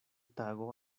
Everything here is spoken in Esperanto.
tago